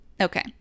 okay